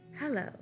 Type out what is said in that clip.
Hello